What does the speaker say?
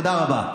תודה רבה.